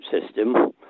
system